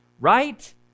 Right